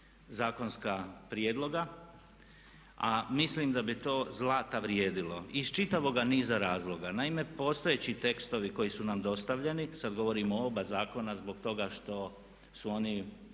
zakonska prijedloga. A mislim da bi to zlata vrijedilo iz čitavoga niza razloga. Naime, postojeći tekstovi koji su nam dostavljeni, sad govorim o oba zakona zbog toga što su oni